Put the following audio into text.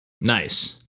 nice